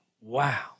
Wow